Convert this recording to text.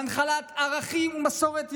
להנחלת ערכים ומסורת יהודית,